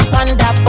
Panda